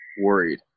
worried